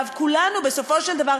כולנו, בסופו של דבר.